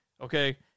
okay